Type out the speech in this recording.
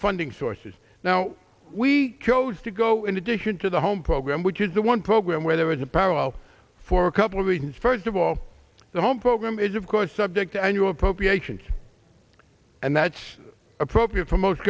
funding sources now we chose to go in addition to the home program which is the one program where there is a parallel for a couple of reasons first of all the home program is of course subject and you appropriations and that's appropriate for most